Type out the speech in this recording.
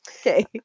Okay